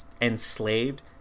Enslaved